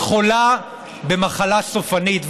היא חולה במחלה סופנית,